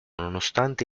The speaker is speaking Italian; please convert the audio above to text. nonostante